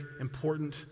important